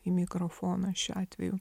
į mikrofoną šiuo atveju